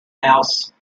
house